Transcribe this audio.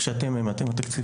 שאתם העמדתם בתקציב.